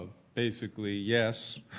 ah basically, yes,